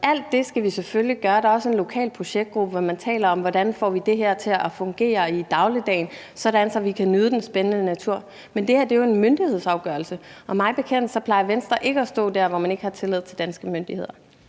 Alt det skal vi selvfølgelig gøre. Der er også en lokal projektgruppe, som taler om, hvordan man får det her til at fungere i dagligdagen, sådan at man kan nyde den spændende natur. Men det her er jo en myndighedsafgørelse, og mig bekendt plejer Venstre ikke at stå der, hvor man ikke har tillid til danske myndigheder.